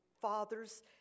Father's